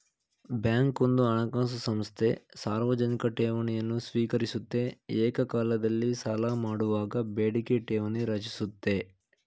bank ಒಂದು ಹಣಕಾಸು ಸಂಸ್ಥೆ ಸಾರ್ವಜನಿಕ ಠೇವಣಿಯನ್ನು ಸ್ವೀಕರಿಸುತ್ತೆ ಏಕಕಾಲದಲ್ಲಿ ಸಾಲಮಾಡುವಾಗ ಬೇಡಿಕೆ ಠೇವಣಿ ರಚಿಸುತ್ತೆ